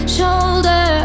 Shoulder